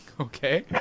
okay